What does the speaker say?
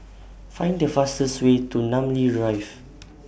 Find The fastest Way to Namly Drive